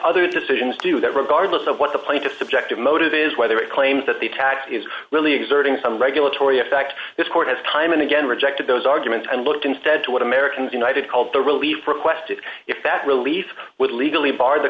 other decisions do that regardless of what the plaintiffs objective motive is whether it claims that the attack is really exerting some regulatory effect this court has time and again rejected those arguments and looked instead to what americans united called the relief requested if that relief would legally barred the